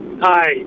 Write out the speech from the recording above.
Hi